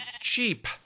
cheap